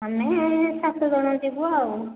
ଆମେ ଏଉ ସାତ ଜଣ ଯିବୁ ଆଉ